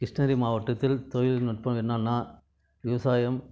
கிருஷ்ணகிரி மாவட்டத்தில் தொழில்நுட்பம் என்னென்னால் விவசாயம்